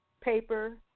paper